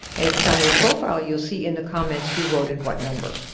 and if it's on your profile, you'll see in the comments who voted what number.